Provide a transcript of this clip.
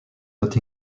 not